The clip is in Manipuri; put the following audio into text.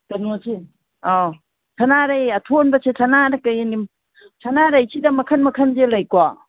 ꯀꯩꯅꯣꯁꯦ ꯑꯧ ꯁꯅꯥꯔꯩ ꯑꯊꯣꯟꯕꯁꯦ ꯁꯅꯥꯔꯩꯁꯤꯗ ꯃꯈꯟ ꯃꯈꯟꯁꯦ ꯂꯩꯀꯣ